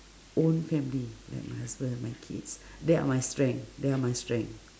own family like my husband and my kids they are my strength they are my strength